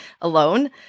alone